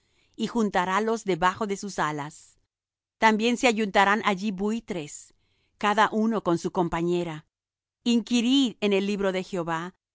y juntarálos debajos de sus alas también se ayuntarán allí buitres cada uno con su compañera inquirid en el libro de jehová